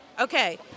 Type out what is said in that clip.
Okay